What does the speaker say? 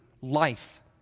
life